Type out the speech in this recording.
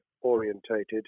orientated